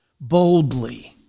boldly